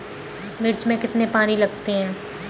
मिर्च में कितने पानी लगते हैं?